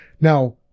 now